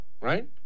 right